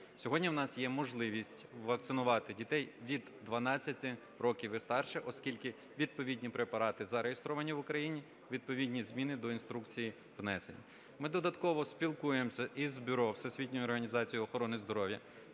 Сьогодні в нас є можливість вакцинувати дітей від 12 років і старше, оскільки відповідні препарати зареєстровані в Україні, відповідні зміни до інструкцій внесені. Ми додатково спілкуємося і з бюро Всесвітньої організації охорони здоров'я,